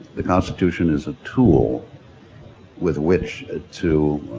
the constitution is a tool with which to